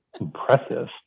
Impressive